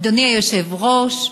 אדוני היושב-ראש,